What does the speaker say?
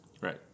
Right